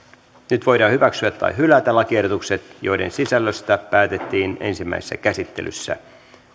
nyt voidaan hyväksyä tai hylätä lakiehdotukset joiden sisällöstä päätettiin ensimmäisessä käsittelyssä